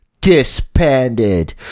disbanded